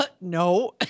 No